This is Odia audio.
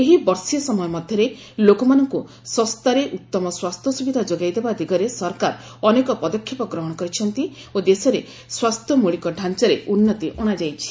ଏହି ବର୍ଷେ ସମୟ ମଧ୍ୟରେ ଲୋକମାନଙ୍କୁ ଶସ୍ତାରେ ଉତ୍ତମ ସ୍ୱାସ୍ଥ୍ୟ ସୁବିଧା ଯୋଗାଇଦେବା ଦିଗରେ ସରକାର ଅନେକ ପଦକ୍ଷେପ ଗ୍ରହଣ କରିଛନ୍ତି ଓ ଦେଶରେ ସ୍ୱାସ୍ଥ୍ୟ ମୌଳିକ ଢ଼ାଞ୍ଚାରେ ଉନ୍ନତି ଅଣାଯାଇଛି